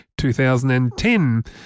2010